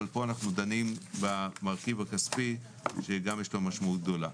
אבל פה אנחנו דנים במרכיב הכספי שגם לו יש משמעות גדולה.